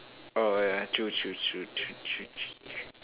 oh yeah true true true true true true true